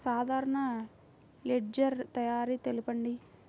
సాధారణ లెడ్జెర్ తయారి తెలుపండి?